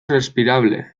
respirable